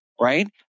right